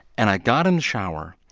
and i got in the shower.